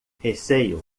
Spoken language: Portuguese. receio